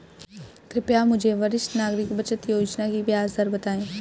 कृपया मुझे वरिष्ठ नागरिक बचत योजना की ब्याज दर बताएं